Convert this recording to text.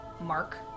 mark